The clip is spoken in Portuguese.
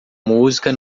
música